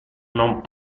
non